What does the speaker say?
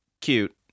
Cute